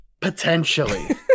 Potentially